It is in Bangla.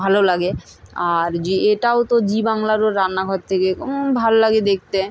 ভালো লাগে আর যে এটাও তো জি বাংলারও রান্নাঘর থেকে ভাল লাগে দেখতে